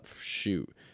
shoot